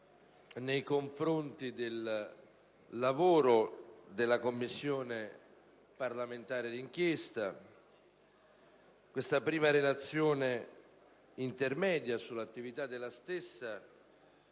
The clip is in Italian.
nei confronti del lavoro della Commissione parlamentare d'inchiesta. Questa prima Relazione intermedia sull'attività della stessa